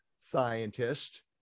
scientist